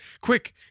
Quick